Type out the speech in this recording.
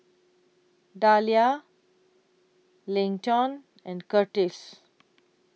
Dalia Leighton and Curtis